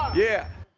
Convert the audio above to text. yeah.